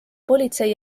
politsei